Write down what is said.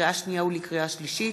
לקריאה שנייה ולקריאה שלישית: